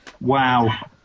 Wow